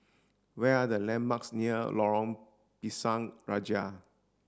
where are the landmarks near Lorong Pisang Raja